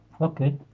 Okay